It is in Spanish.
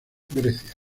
grecia